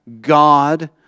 God